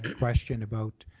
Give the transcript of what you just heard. question about